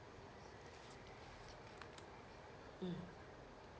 mm